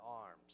arms